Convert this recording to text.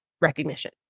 recognition